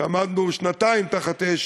כשעמדנו שנתיים תחת אש